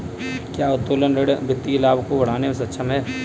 क्या उत्तोलन ऋण वित्तीय लाभ को बढ़ाने में सक्षम है?